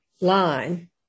line